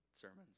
sermons